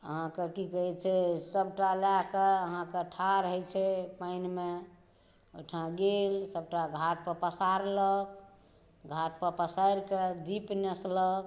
अहाँके कि कहै छै सबटा लऽ कऽ अहाँके ठाढ़ होइ छै पानिमे ओइठाम गेल सबटा घाटपर पसारलक घाटपर पसारिकऽ दीप नेसलक